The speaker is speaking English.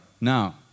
Now